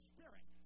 Spirit